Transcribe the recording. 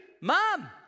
mom